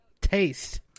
taste